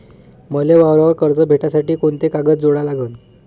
मले वावरावर कर्ज भेटासाठी कोंते कागद जोडा लागन?